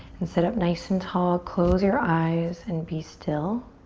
and sit up nice and tall. close your eyes and be still.